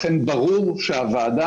לכן ברור שוועדת